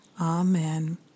Amen